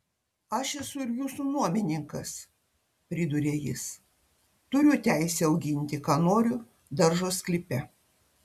aš esu ir jūsų nuomininkas priduria jis turiu teisę auginti ką noriu daržo sklype